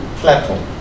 platform